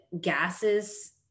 gases